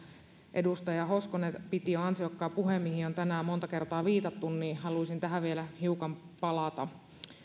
edustaja hoskonen piti ansiokkaan puheen mihin on tänään monta kertaa viitattu ja haluaisin tähän vielä hiukan palata